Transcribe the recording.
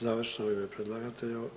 Završno u ime predlagatelja,